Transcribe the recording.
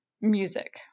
music